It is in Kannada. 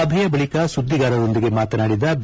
ಸಭೆಯ ಬಳಿಕ ಸುದ್ದಿಗಾರರೊಂದಿಗೆ ಮಾತನಾಡಿದ ಬಿ